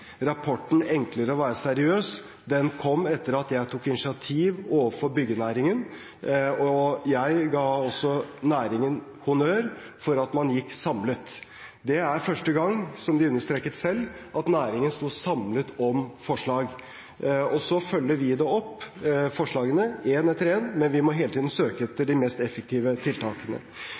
Rapporten Enkelt å være seriøs kom etter at jeg tok initiativ overfor byggenæringen, og jeg ga også næringen honnør for at man gikk samlet. Det er første gang, som de understreket selv, at næringen sto samlet om forslag. Så følger vi forslagene opp, ett etter ett, men vi må hele tiden søke etter de mest effektive tiltakene.